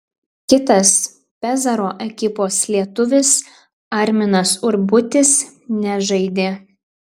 kitas pezaro ekipos lietuvis arminas urbutis nežaidė